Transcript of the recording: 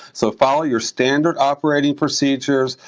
so follow your standard operating procedures,